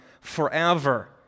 forever